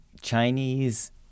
Chinese